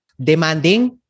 demanding